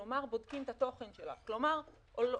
כלומר, בודקים את התוכן שלה.